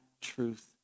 truth